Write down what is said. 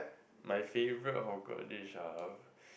my favourite hawker dish ah